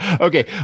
Okay